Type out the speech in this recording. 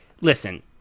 Listen